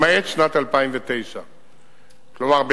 למעט שנת 2009. כלומר,